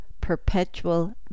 perpetual